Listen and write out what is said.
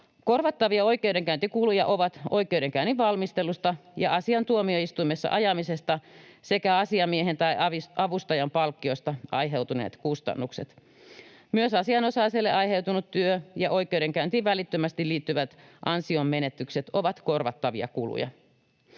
Korvattavia oikeudenkäyntikuluja ovat oikeudenkäynnin valmistelusta ja asian tuomioistuimessa ajamisesta sekä asiamiehen tai avustajan palkkiosta aiheutuneet kustannukset. Myös asianosaiselle aiheutunut työ ja oikeudenkäyntiin välittömästi liittyvät ansionmenetykset ovat korvattavia kuluja.